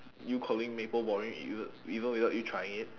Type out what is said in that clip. you calling maple boring even even without you trying it